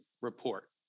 report